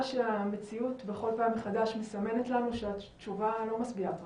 שהמציאות בכל פעם מחדש מסמנת לנו שהתשובה לא משביעת רצון.